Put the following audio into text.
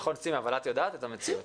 נכון אבל את יודעת את המציאות.